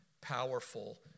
powerful